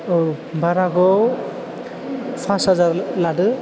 औ भाराखौ फास हाजार लादो